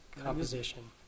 composition